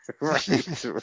right